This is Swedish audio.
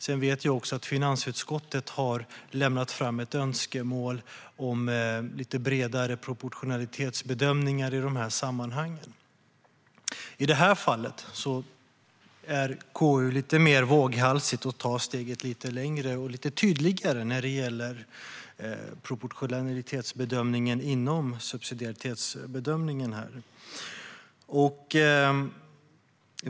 Sedan vet jag också att finansutskottet har lämnat ett önskemål om lite bredare proportionalitetsbedömningar i de här sammanhangen. I det här fallet är KU lite mer våghalsigt och tar steget lite längre och lite tydligare när det gäller proportionalitetsbedömningen inom subsidiaritetsbedömningen.